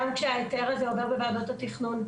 גם כשההיתר הזה עובר בוועדת התכנון,